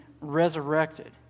resurrected